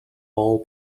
all